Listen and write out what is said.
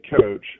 coach